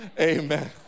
Amen